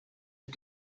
ich